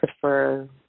prefer